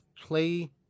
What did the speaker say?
play